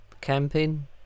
camping